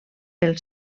pel